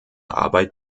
arbeit